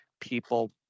People